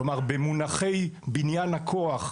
כלומר, במונחי בניין הכוח,